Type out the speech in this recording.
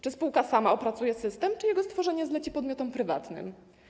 Czy spółka sama opracuje system, czy jego stworzenie zleci podmiotom prywatnym?